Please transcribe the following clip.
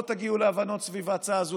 לא תגיעו להבנות סביב ההצעה הזאת,